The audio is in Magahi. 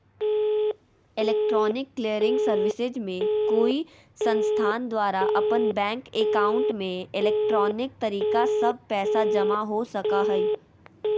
इलेक्ट्रॉनिक क्लीयरिंग सर्विसेज में कोई संस्थान द्वारा अपन बैंक एकाउंट में इलेक्ट्रॉनिक तरीका स्व पैसा जमा हो सका हइ